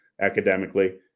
academically